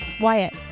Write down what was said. Wyatt